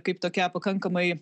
kaip tokia pakankamai